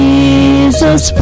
Jesus